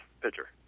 pitcher